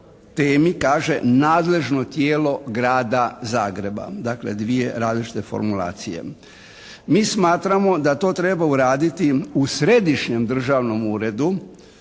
kaže: «Nadležno tijelo grada Zagreba». Dakle dvije različite formulacije. Mi smatramo da to treba uraditi u Središnjem državnom uredu